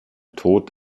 tod